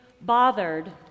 bothered